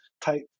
type